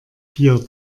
vier